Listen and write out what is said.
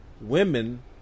women